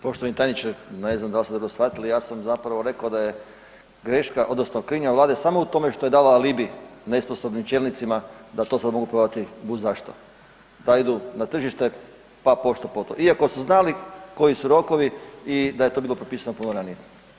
Poštovani tajniče ne znam da li ste to shvatili ja sam zapravo rekao da je greška odnosno krivnja Vlade samo u tome što je davala alibi nesposobnim čelnicima da sad mogu prodati bud zašto, da idu na tržište pa pošto poto, iako su znali koji su rokovi i da je bilo propisano puno ranije.